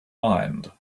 mind